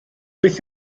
beth